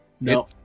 No